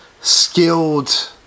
skilled